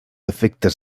efectes